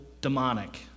demonic